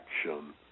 action